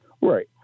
Right